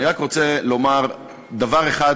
אני רק רוצה לומר דבר אחד